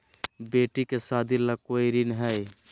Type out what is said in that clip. बेटी के सादी ला कोई ऋण हई?